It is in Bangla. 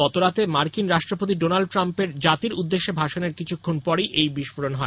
গতরাতে মার্কিন রাষ্ট্রপতি ডোলান্ড ট্রাম্পের জাতির উদ্দেশ্যে ভাষণের কিছুক্ষণ পরই বিস্ফোরণ হয়